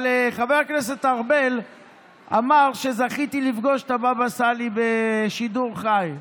אבל חבר הכנסת ארבל אמר שזכיתי לפגוש את הבבא סאלי בשידור חי.